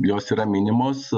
jos yra minimos